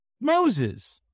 Moses